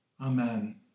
Amen